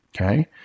okay